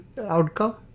outcome